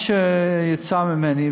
מה שיצא ממני,